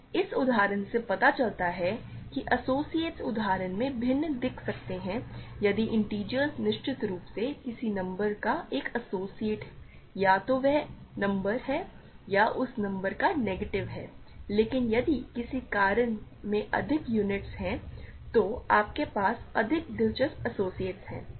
तो इस उदाहरण से पता चलता है कि एसोसिएट्स उदाहरण में भिन्न दिख सकते हैं यदि इंटिजर्स निश्चित रूप से किसी नंबर का एक एसोसिएट या तो वह नंबर है या उस नंबर का नेगेटिव है लेकिन यदि किसी रिंग में अधिक यूनिट्स हैं तो आपके पास अधिक दिलचस्प एसोसिएट्स हैं